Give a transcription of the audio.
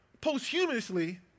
posthumously